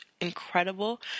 incredible